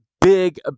Big